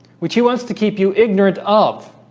which he wants to keep you ignorant of?